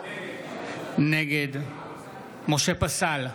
נגד משה פסל,